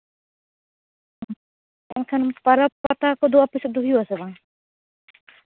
ᱮᱱᱠᱷᱟᱱ ᱯᱚᱨᱚᱵᱽ ᱯᱟᱛᱟ ᱠᱚᱫᱚ ᱟᱯᱮ ᱥᱮᱫ ᱫᱚ ᱦᱩᱭᱩᱜᱼᱟᱥᱮ ᱵᱟᱝ